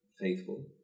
faithful